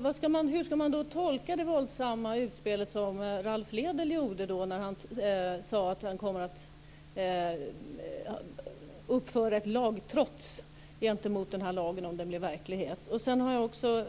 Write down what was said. Fru talman! Hur ska man då tolka det våldsamma utspel som Ralph Lédel gjorde när han sade att han kommer att utföra lagtrots om denna lag blir verklighet? Jag har också